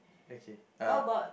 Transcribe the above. okay uh